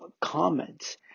comments